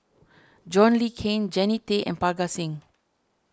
John Le Cain Jannie Tay and Parga Singh